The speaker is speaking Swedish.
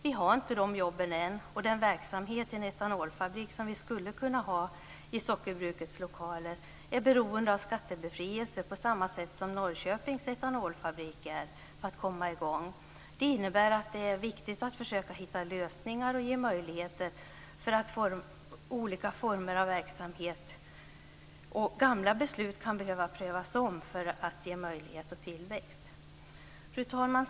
Vi har inte de jobben än. Och den verksamhet, en etanolfabrik, som vi skulle kunna ha i sockerbrukets lokaler är beroende av skattebefrielse, på samma sätt som Norrköpings etanolfabrik, för att komma i gång. Det innebär att det är viktigt att försöka hitta lösningar och ge möjligheter för olika former av verksamhet. Gamla beslut kan behöva prövas om för att ge möjligheter och tillväxt. Fru talman!